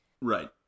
right